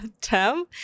term